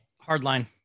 Hardline